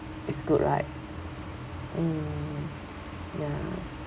it's good right mm ya